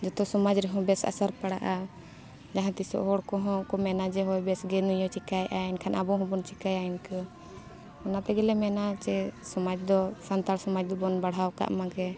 ᱛᱚ ᱥᱚᱢᱟᱡᱽ ᱨᱮᱦᱚᱸ ᱵᱮᱥ ᱮᱥᱮᱨ ᱯᱟᱲᱟᱜᱼᱟ ᱡᱟᱦᱟᱸ ᱛᱤᱥᱚᱜ ᱦᱚᱲ ᱠᱚᱦᱚᱸ ᱠᱚ ᱢᱮᱱᱟ ᱡᱮ ᱦᱚᱸᱜ ᱚᱭ ᱵᱮᱥᱜᱮ ᱱᱩᱭᱦᱚᱸ ᱪᱤᱠᱟᱹᱭᱮᱜ ᱟᱭ ᱮᱱᱠᱷᱟᱱ ᱟᱵᱚ ᱦᱚᱸᱵᱚᱱ ᱪᱤᱠᱟᱹᱭᱟ ᱤᱱᱠᱟᱹ ᱚᱱᱟ ᱛᱮᱜᱮ ᱞᱮ ᱢᱮᱱᱟ ᱡᱮ ᱥᱚᱢᱟᱡᱽ ᱫᱚ ᱥᱟᱱᱛᱟᱲ ᱥᱚᱢᱟᱡᱽ ᱫᱚᱵᱚᱱ ᱵᱟᱲᱦᱟᱣ ᱠᱟᱜ ᱢᱟᱜᱮ